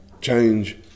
change